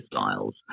styles